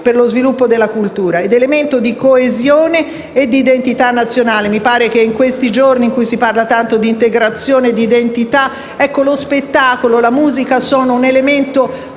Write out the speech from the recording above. per lo sviluppo della cultura ed elemento di coesione e di identità nazionale. Mi pare che in questi giorni in cui si parla tanto di integrazione e di identità, lo spettacolo e la musica possano essere un elemento